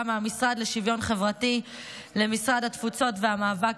מהמשרד לשוויון חברתי למשרד התפוצות והמאבק